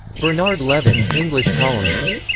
bernard levin, english columnist.